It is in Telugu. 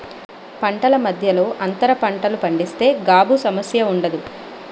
పంటల మధ్యలో అంతర పంటలు పండిస్తే గాబు సమస్య ఉండదు